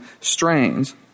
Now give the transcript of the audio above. strains